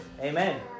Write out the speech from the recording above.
Amen